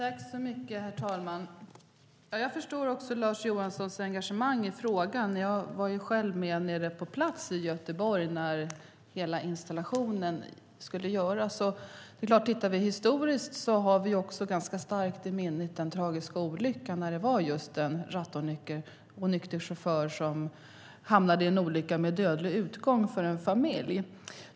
Herr talman! Jag förstår Lars Johanssons engagemang i frågan, och jag var själv på plats i Göteborg vid installationen. Vi har ganska starkt i minne den tragiska olycka som en rattonykter lastbilschaufför orsakade med dödlig utgång för en familj.